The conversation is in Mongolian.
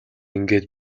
ингээд